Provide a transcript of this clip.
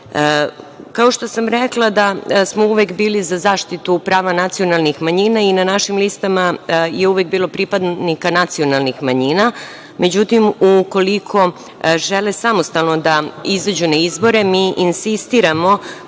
što sam rekla da smo uvek bili za zaštitu prava nacionalnih manjina i našim listama je uvek bilo pripadnika nacionalnih manjina, međutim, ukoliko žele samostalno da izađu na izbore, mi insistiramo